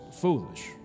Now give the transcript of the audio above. foolish